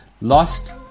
Lost